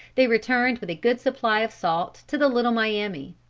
they returned with a good supply of salt to the little miami.